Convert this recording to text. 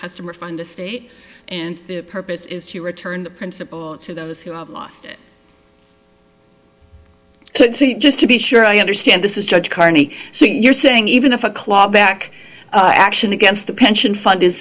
customer fund a state and the purpose is to return the principal to those who have lost it just to be sure i understand this is judge carney so you're saying even if a clawback action against the pension fund is